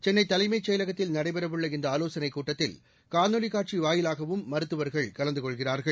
சென்னை தலைமைச் செயலகத்தில் நடைபெறவுள்ள இந்த ஆலோசனைக் கூட்டத்தில் காணொலி காட்சி வாயிலாகவும் மருத்துவர்கள் கலந்து கொள்கிறார்கள்